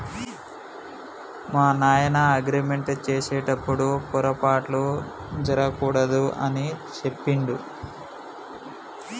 మా నాయన అగ్రిమెంట్ సేసెటప్పుడు పోరపాట్లు జరగకూడదు అని సెప్పిండు